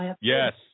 Yes